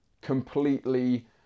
completely